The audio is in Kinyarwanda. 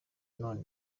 none